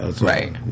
Right